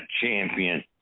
champion